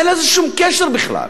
אין לזה שום קשר בכלל.